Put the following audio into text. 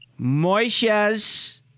Moishas